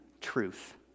truth